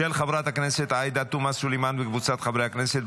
של חברת הכנסת עאידה תומא סלימאן וקבוצת חברי הכנסת,